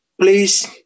Please